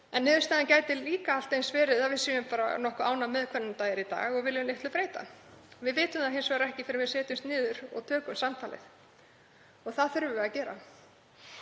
en niðurstaðan gæti líka allt eins verið að við séum bara nokkuð ánægð með hvernig staðan er í dag og viljum litlu breyta. Við vitum það hins vegar ekki fyrr en við setjumst niður og tökum samtalið og það þurfum við að gera.